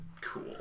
cool